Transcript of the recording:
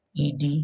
ED